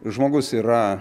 žmogus yra